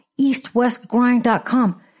eastwestgrind.com